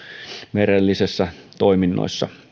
merellisissä toiminnoissa